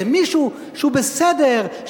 איזה מישהו שהוא בסדר,